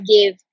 give